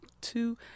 two